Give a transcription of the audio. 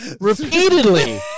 repeatedly